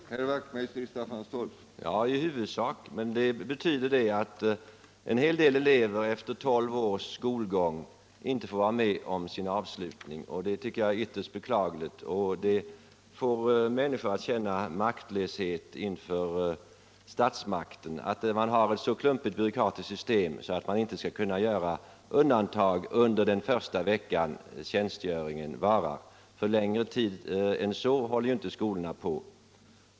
Herr talman! Ja, i huvudsak är kanske problemet löst. Men det betyder ändå att en hel del elever efter tolv års skolgång inte får vara med om sin avslutning och det är ytterst beklagligt. Det får människor att känna maktlöshet inför statsmakten, över att man har ett så klumpigt byråkratiskt system att man inte kan göra ett undantag under den första vecka militärtjänstgöringen varar. Längre tid än till början av juni håller inte skolorna på.